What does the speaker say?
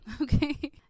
Okay